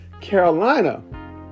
Carolina